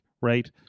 right